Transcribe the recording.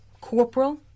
Corporal